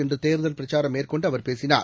இன்றுதேர்தல் பிரச்சாரம் மேற்கொண்டுஅவர் பேசினார்